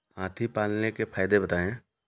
हाथी पालने के फायदे बताए?